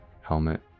helmet